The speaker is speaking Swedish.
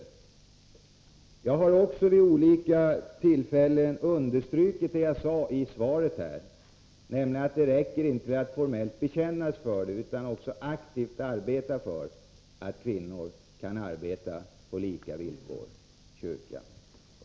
Jag har också vid olika tillfällen understrukit det jag sade i svaret här, nämligen att det inte räcker med att man formellt bekänner sig till jämställdhetsprincipen, utan att man aktivt måste verka för att kvinnor och män kan arbeta på lika villkor i kyrkan.